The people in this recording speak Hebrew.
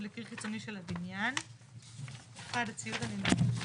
לקיר חיצוני של הבניין - (1) הציוד הנלווה יותקן